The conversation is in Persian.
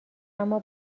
اما